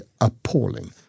appalling